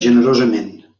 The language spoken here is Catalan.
generosament